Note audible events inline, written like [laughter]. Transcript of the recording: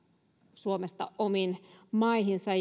suomesta omiin maihinsa [unintelligible]